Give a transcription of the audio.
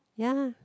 ya